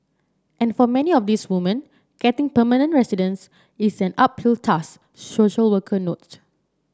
and for many of these woman getting permanent residence is an uphill task social worker note